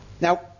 Now